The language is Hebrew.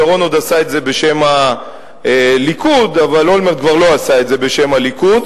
שרון עוד עשה את זה בשם הליכוד אבל אולמרט כבר לא עשה את זה בשם הליכוד.